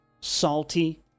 salty